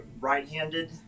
right-handed